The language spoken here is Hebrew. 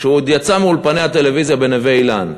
כשהוא עוד יצא מאולפני הטלוויזיה בנווה-אילן,